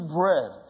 bread